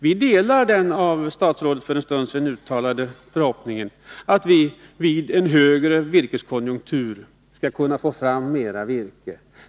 Vi delar den av statsrådet för en stund sedan uttalade förhoppningen att vi vid en förbättrad virkeskonjunktur skall kunna få fram mera virke.